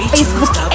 Facebook